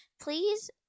please